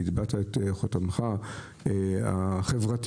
הטבעת את חותמך החברתי,